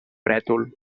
brètol